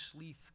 Sleeth